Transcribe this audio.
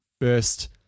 First